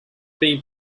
been